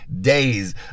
days